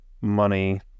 money